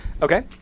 Okay